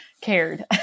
Cared